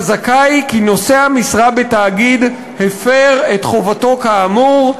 חזקה היא כי נושא המשרה בתאגיד הפר את חובתו כאמור,